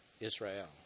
Israel